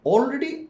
Already